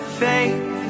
faith